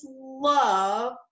love